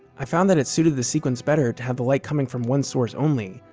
i found that it suited the sequence better have the light coming from one source only,